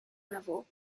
level